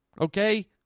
okay